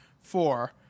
four